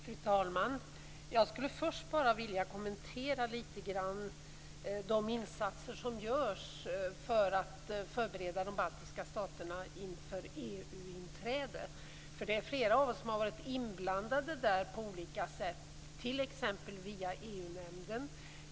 Fru talman! Jag skulle först bara litet grand vilja kommentera de insatser som görs för att förbereda de baltiska staterna för EU-inträdet. Det är flera av oss som varit inblandade på olika sätt, t.ex. via EU nämnden.